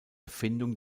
erfindung